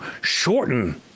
shorten